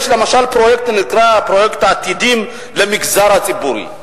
יש למשל פרויקט שנקרא "פרויקט עתידים למגזר הציבורי".